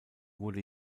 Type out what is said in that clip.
wurde